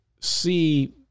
see